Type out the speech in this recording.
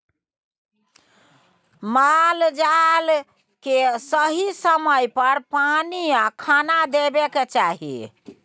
माल जाल केँ सही समय पर पानि आ खाना देबाक चाही